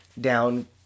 down